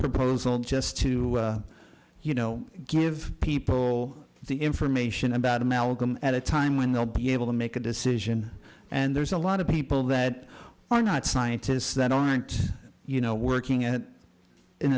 proposal just to you know give people the information about amalgam at a time when they'll be able to make a decision and there's a lot of people that are not scientists that don't want you know working at in